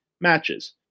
matches